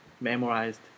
memorized